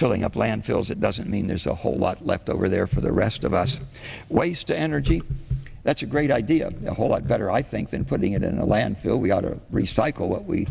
filling up landfills it doesn't mean there's a whole lot left over there for the rest of us waste energy that's a great idea a whole lot better i think than putting it in landfill we ought to recycle what we